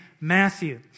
Matthew